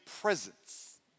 presence